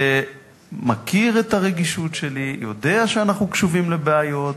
מכיר את הרגישות שלי, יודע שאנחנו קשובים לבעיות.